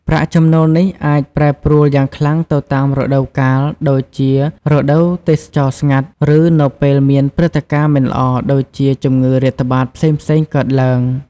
ប្រាក់ចំណូលនេះអាចប្រែប្រួលយ៉ាងខ្លាំងទៅតាមរដូវកាល ដូចជារដូវទេសចរណ៍ស្ងាត់ ឬនៅពេលមានព្រឹត្តិការណ៍មិនល្អដូចជាជំងឺរាតត្បាតផ្សេងៗកើតទ្បើង។